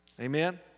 Amen